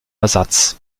ersatz